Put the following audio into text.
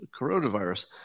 coronavirus